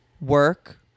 work